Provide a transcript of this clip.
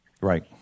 Right